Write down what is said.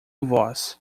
voz